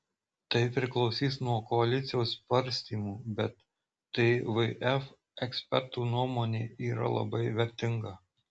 tai priklausys nuo koalicijos svarstymų bet tvf ekspertų nuomonė yra labai vertinga